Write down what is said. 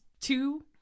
two